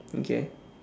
okay